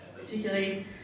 particularly